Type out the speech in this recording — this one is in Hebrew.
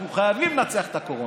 אנחנו חייבים לנצח את הקורונה.